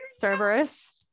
Cerberus